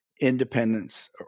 independence